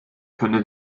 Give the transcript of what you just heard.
könne